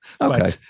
Okay